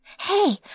Hey